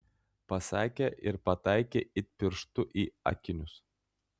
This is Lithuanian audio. pasakė ir pataikė it pirštu į akinius